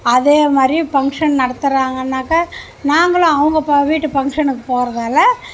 அதே மாதிரி ஃபங்க்ஷன் நடத்துகிறாங்கன்னாக்கா நாங்களும் அவங்க வீட்டு ஃபங்க்ஷன்னு போகிறதால